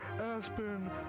Aspen